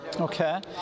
Okay